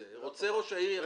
רוצה ראש העיר יכניס.